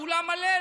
האולם מלא,